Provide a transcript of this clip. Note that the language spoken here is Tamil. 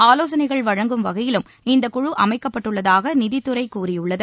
ஆவோசனைகள் வழங்கும் வகையிலும் இந்த குழு அமைக்கப்பட்டுள்ளதாக நிதித்துறை கூறியுள்ளது